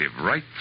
right